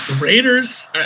Raiders